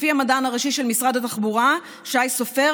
לפי המדען הראשי של משרד התחבורה שי סופר,